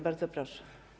Bardzo proszę.